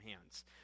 hands